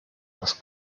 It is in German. das